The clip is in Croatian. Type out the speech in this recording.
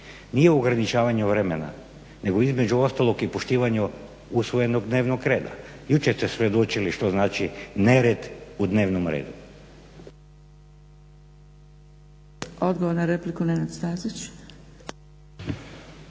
nije u ograničavanju vremena nego između ostalog i poštivanju usvojenog dnevnog reda. Jučer ste svjedočili što znači nered u dnevnom redu.